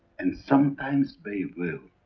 and sometimes by will,